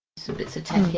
some bits of tech here.